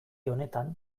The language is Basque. honetan